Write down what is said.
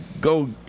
go